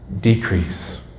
decrease